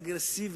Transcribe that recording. מס על סיגריות,